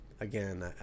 again